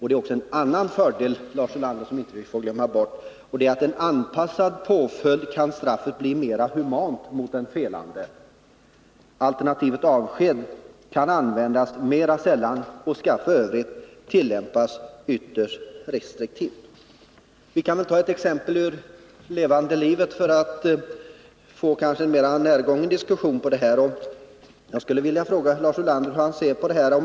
Det är också en annan fördel som vi inte får glömma bort, Lars Ulander, och det är att med en anpassad påföljd kan straffet bli mera humant mot den felande. Alternativet avsked kan användas mera sällan och skall f.ö. tillämpas ytterst restriktivt. Vi kan väl ta ett exempel ur levande livet för att få en kanske mera närgången diskussion om detta. Jag skulle vilja fråga Lars Ulander hur han ser på följande.